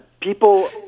People